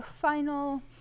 final